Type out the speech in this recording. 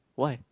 why